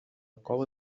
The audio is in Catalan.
cova